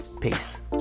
Peace